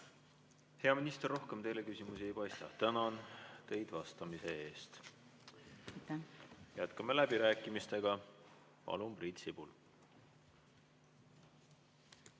Hea minister! Rohkem teile küsimusi ei paista. Tänan teid vastamise eest! Jätkame läbirääkimistega. Palun, Priit Sibul!